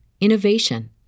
innovation